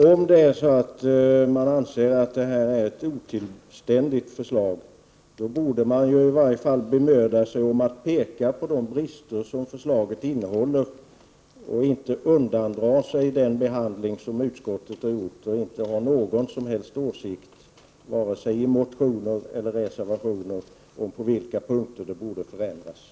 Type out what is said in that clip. Herr talman! Om man anser att det här förslaget är otillständigt, bord man åtminstone bemöda sig om att peka på förslagets brister i stället för 4 förbigå utskottets behandling. Man har inte gett något som helst uttryck vare sig i motioner eller i reservationer — för var det behövs förändringan